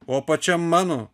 o apačia mano